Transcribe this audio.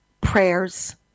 prayers